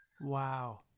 Wow